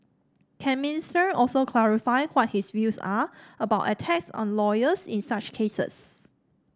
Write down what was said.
can Minister also clarify what his views are about attacks on lawyers in such cases